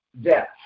death